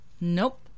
nope